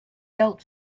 belt